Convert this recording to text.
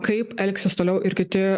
kaip elgsis toliau ir kiti